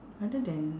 rather than